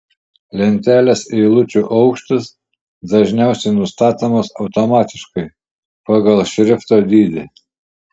lentelės eilučių aukštis dažniausiai nustatomas automatiškai pagal šrifto dydį